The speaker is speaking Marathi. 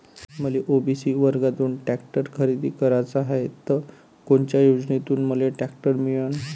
मले ओ.बी.सी वर्गातून टॅक्टर खरेदी कराचा हाये त कोनच्या योजनेतून मले टॅक्टर मिळन?